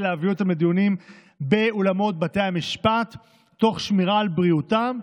להביא לדיונים באולמות בתי המשפט תוך שמירה על בריאותם,